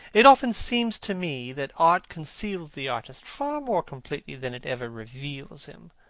it often seems to me that art conceals the artist far more completely than it ever reveals him.